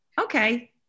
Okay